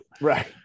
Right